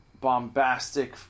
bombastic